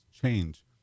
change